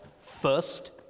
first